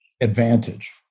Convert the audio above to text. advantage